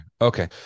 Okay